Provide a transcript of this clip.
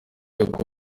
y’uko